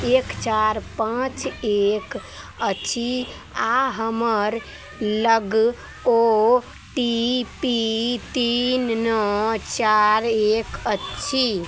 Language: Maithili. एक चारि पाँच एक अछि आओर हमर लग ओ टी पी तीन नओ चारि एक अछि